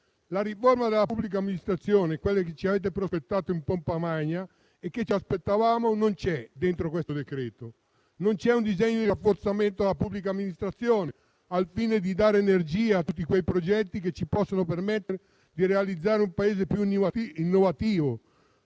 la riforma della pubblica amministrazione, quella che ci avete prospettato in pompa magna e che ci aspettavamo, non c'è dentro questo decreto. Non c'è un disegno di rafforzamento della pubblica amministrazione al fine di dare energia a tutti quei progetti che ci possono permettere di realizzare un Paese più innovativo